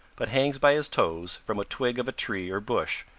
but hangs by his toes from a twig of a tree or bush,